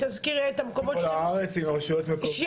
תזכיר לי את המקומות בכל הארץ עם הרשויות מקומיות,